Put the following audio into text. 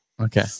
Okay